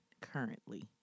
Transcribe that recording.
currently